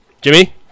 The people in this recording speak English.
Jimmy